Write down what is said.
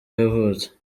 yavutse